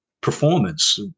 performance